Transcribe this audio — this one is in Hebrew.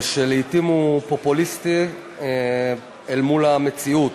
שלעתים הוא פופוליסטי, אל מול המציאות.